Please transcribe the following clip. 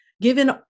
Given